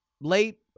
late